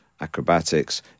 acrobatics